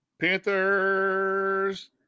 Panthers